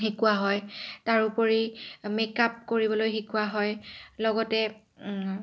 শিকোৱা হয় তাৰ উপৰি মেক আপ কৰিবলৈ শিকোৱা হয় লগতে